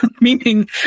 Meaning